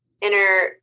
inner –